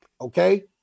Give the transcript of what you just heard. Okay